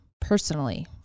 Personally